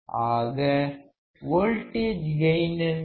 ஆக voltage gain என்ன